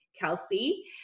kelsey